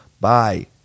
Bye